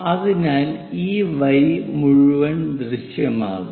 അതിനാൽ ഈ വരി മുഴുവൻ ദൃശ്യമാകും